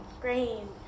green